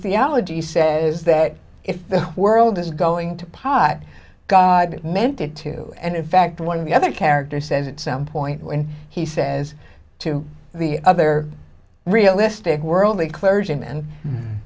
theology says that if the world is going to pot god meant it too and in fact one of the other characters says it some point when he says to the other realistic world